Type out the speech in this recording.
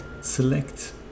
select